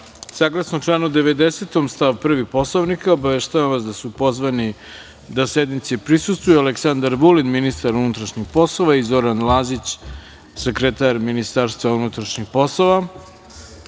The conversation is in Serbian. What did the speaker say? reda. Saglasno članu 90. stav 1. Poslovnika obaveštavam vas da su pozvani da sednici prisustvuju Aleksandar Vulin, ministar unutrašnjih poslova, i Zoran Lazić, sekretar Ministarstva unutrašnjih poslova. Niste